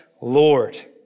Lord